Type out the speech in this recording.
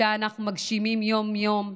שאותה אנחנו מגשימים יום-יום,